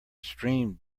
streamed